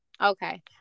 Okay